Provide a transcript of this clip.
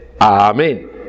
Amen